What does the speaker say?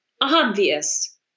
obvious